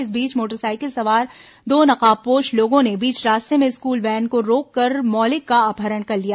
इस बीच मोटरसाइकिल सवार दो नकाबपोश लोगों ने बीच रास्ते में स्कूल वैन को रोककर मौलिक का अपहरण कर लिया